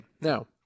Now